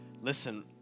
listen